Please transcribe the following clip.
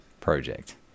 project